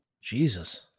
Jesus